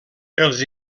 els